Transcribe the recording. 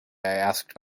asked